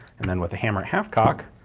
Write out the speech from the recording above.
and then with the hammer at half-cock,